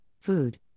food